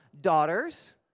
daughters